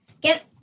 Get